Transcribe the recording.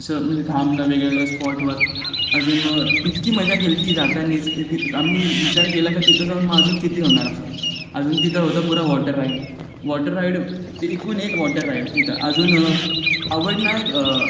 असं म्हणजे थांबणं वेगळवेगळ्या स्पॉटवर अजून म इतकी मजा केली होती जातानाच तर आम्ही विचार केला का तिथं जाऊन मग अजून किती होणार असं अजून तिथं होतं पुरं वॉटर राईड वॉटर राईड एकूण एक वॉटर राईड तिथं अजून आवडला एक